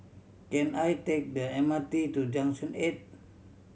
can I take the M R T to Junction Eight